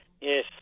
Yes